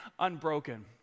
unbroken